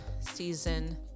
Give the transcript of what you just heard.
season